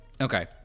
okay